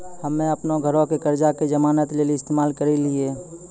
हम्मे अपनो घरो के कर्जा के जमानत लेली इस्तेमाल करि लेलियै